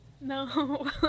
No